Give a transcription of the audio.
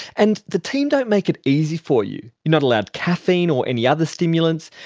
and the team don't make it easy for you. you're not allowed caffeine or any other stimulants,